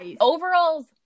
overalls